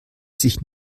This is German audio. sich